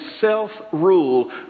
self-rule